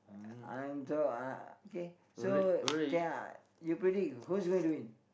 I'm so uh K so K ah you predict who's going to win